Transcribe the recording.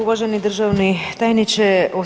Uvaženi državni tajniče.